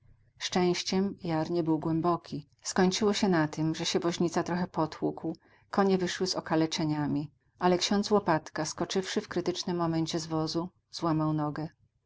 szczęściem jar nie był głęboki skończyło się na tym że się woźnica trochę potłukł konie wyszły z okaleczeniami ale ksiądz łopatka skoczywszy w krytycznym momencie z wozu złamał nogę